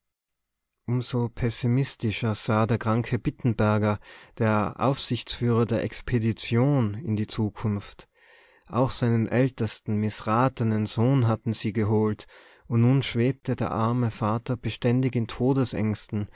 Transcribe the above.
so pessimistischer sah der kranke bittenberger der aufsichtsführer der expedition in die zukunft auch seinen ältesten mißratenen sohn hatten sie geholt und nun schwebte der arme vater beständig in